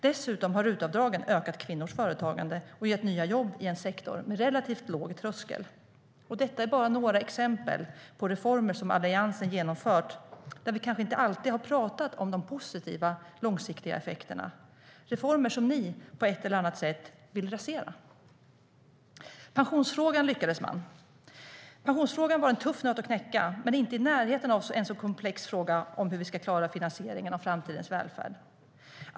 Dessutom har RUT-avdragen ökat kvinnors företagande och gett nya jobb i en sektor med relativt låg tröskel. Detta är bara några exempel på reformer som Alliansen har genomfört, där vi kanske inte alltid har pratat om de positiva långsiktiga effekterna. Det är reformer som ni på ett eller annat sätt vill rasera. I pensionsfrågan lyckades man. Pensionsfrågan var en tuff nöt att knäcka men inte i närheten av en så komplex fråga som hur vi ska klara finansieringen av framtidens välfärd.